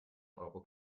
euro